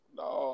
no